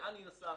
לאן היא נסעה,